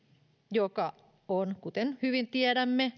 joka on kuten toivottavasti hyvin tiedämme